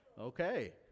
Okay